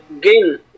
gain